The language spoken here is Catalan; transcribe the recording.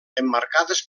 emmarcades